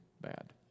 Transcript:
bad